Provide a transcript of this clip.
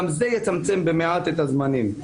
גם זה יצמצם במעט את הזמנים.